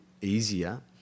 easier